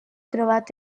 trobat